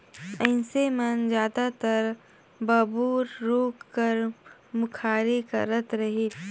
मइनसे मन जादातर बबूर रूख कर मुखारी करत रहिन